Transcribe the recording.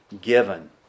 given